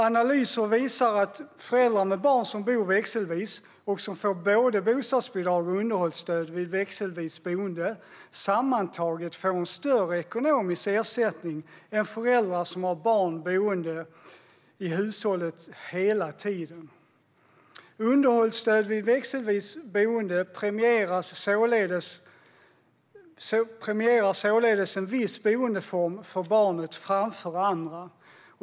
Analyser visar att föräldrar med barn som bor växelvis och som får både bostadsbidrag och underhållsstöd vid växelvist boende sammantaget får en större ekonomisk ersättning än föräldrar som har barn boende i hushållet hela tiden. Underhållsstöd vid växelvist boende premierar således en viss boendeform för barnet framför andra.